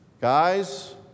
Guys